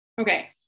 okay